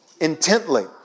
intently